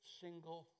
single